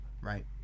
right